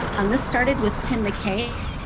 um this started with tim mckay,